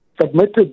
submitted